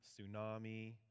tsunami